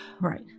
Right